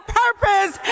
purpose